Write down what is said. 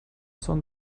son